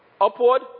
Upward